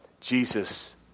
Jesus